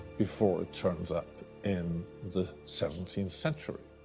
before it turns up in the seventeenth century.